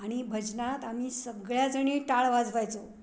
आणि भजनात आम्ही सगळ्या जणी टाळ वाजवायचो